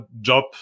job